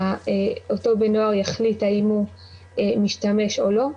באמת אותו בן נוער יחליט האם הוא משתמש או לא.